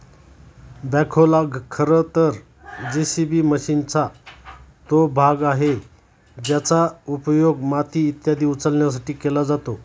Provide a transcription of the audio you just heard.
बॅखोला खरं तर जे.सी.बी मशीनचा तो भाग आहे ज्याचा उपयोग माती इत्यादी उचलण्यासाठी केला जातो